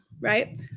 right